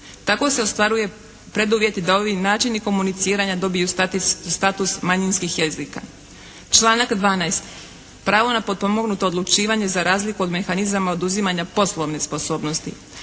Tako se ostvaruje preduvjeti da ovi načini komuniciranja dobiju status manjinskih jezika. Članak 12. Pravo na potpomognuto odlučivanje za razliku od mehanizama oduzimanja poslovne sposobnosti.